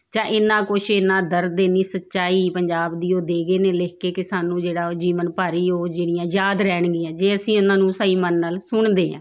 ਜਾਂ ਇੰਨਾ ਕੁਛ ਇੰਨਾ ਦਰਦ ਇੰਨੀ ਸੱਚਾਈ ਪੰਜਾਬ ਦੀ ਉਹ ਦੇ ਗਏ ਨੇ ਲਿਖ ਕੇ ਕਿ ਸਾਨੂੰ ਜਿਹੜਾ ਉਹ ਜੀਵਨ ਭਰ ਹੀ ਉਹ ਜਿਹੜੀਆਂ ਯਾਦ ਰਹਿਣਗੀਆਂ ਜੇ ਅਸੀਂ ਉਹਨਾਂ ਨੂੰ ਸਹੀ ਮਨ ਨਾਲ ਸੁਣਦੇ ਹਾਂ